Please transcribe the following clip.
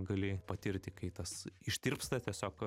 gali patirti kai tas ištirpsta tiesiog